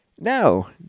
Now